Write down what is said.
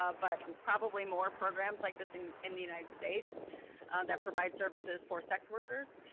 ah but probably more programs like this in in the united states that provide services for sex workers.